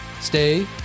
Stay